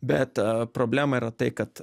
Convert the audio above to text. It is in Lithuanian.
bet problema yra tai kad